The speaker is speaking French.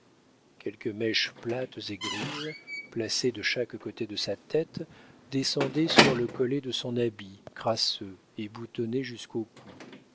quelques mèches plates et grises placées de chaque côté de sa tête descendaient sur le collet de son habit crasseux et boutonné jusqu'au cou